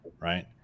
right